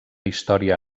història